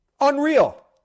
Unreal